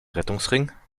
rettungsring